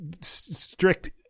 strict